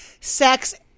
sex